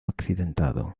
accidentado